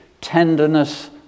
tenderness